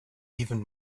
even